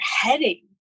heading